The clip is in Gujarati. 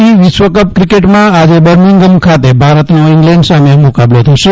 સી વિશ્વકપ ક્રિકેટમાં આજે બર્મિંફામ ખાતે ભારતનો ઈંગ્લેન્ડ સામે મુકાબલો થશે